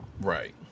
Right